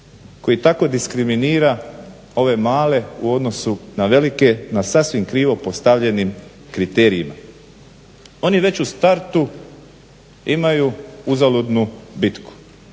koji tako diskriminira ove male u odnosu na velike, na sasvim krivo postavljenim kriterijima. Oni već u startu imaju uzaludnu bitku.